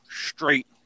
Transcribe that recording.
straight